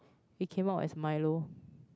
it came out as Milo